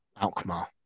Alkmaar